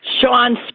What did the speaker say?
Sean